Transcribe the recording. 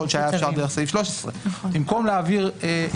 יכול להיות שהיה אפשר דרך סעיף 13. במקום להעביר אחד-אחד,